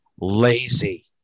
lazy